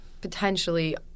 Potentially